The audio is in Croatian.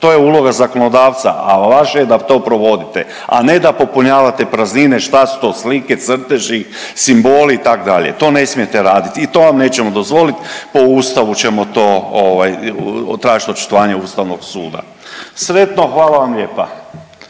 To je uloga zakonodavca, a vaše je da to provodite, a ne da popunjavate praznine šta su to slike, crteži, simboli, itd., to je smijete radit i to vam nećemo dozvolit, po Ustavu ćemo to ovaj, tražiti očitovanje Ustavnog suda. Sretno, hvala vam lijepa.